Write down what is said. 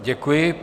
Děkuji.